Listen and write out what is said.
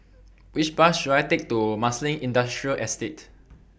Which Bus should I Take to Marsiling Industrial Estate